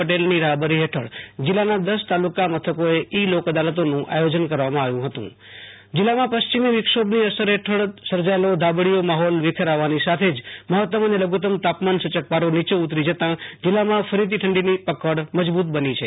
પટેલની રાહબરી હેઠળ જીલ્લાના દશ તાલુકા મથકોએ ઈ લોકઅદાલતનું આયોજન કરાયુ હતું આશુ તોષ અંતાણી હવામાન જીલ્લામાં પશ્ચિમિ વિક્ષોભની અસર હેઠળ સર્જાયેલો ધાબળીયો માહોલ વિખેરાવાની સાથે જ મહત્તમ અને લધુત્તમ તાપમાન્સુચક પારો નીચો ઉતરી જતાં જીલ્લામાં ફરીથી ઠંડીની પકડ મજબુત બની છે